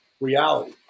reality